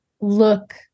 look